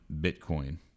Bitcoin